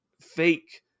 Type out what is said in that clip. fake